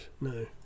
no